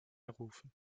rufen